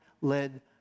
led